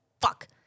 Fuck